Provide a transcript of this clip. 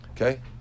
okay